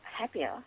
happier